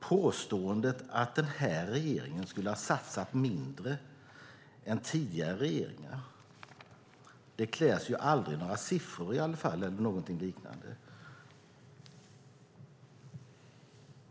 Påståendet att den här regeringen skulle ha satsat mindre än tidigare regeringar kläs aldrig i några siffror eller liknande.